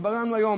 התברר לנו היום,